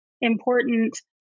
important